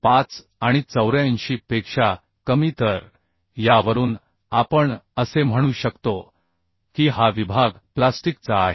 5 आणि 84 पेक्षा कमी तर यावरून आपण असे म्हणू शकतो की हा विभाग प्लास्टिकचा आहे